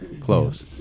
close